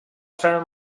ser